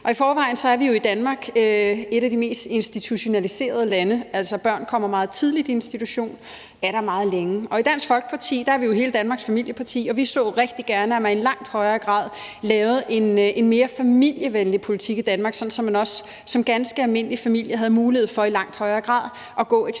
I forvejen er vi jo i Danmark et af de mest institutionaliserede lande, altså, børn kommer meget tidligt i institution og er der meget længe. Og i Dansk Folkeparti er vi jo hele Danmarks familieparti, og vi så rigtig gerne, at man i langt højere grad lavede en mere familievenlig politik i Danmark, sådan at man også som ganske almindelig familie eksempelvis havde mulighed for i langt højere grad at gå hjemme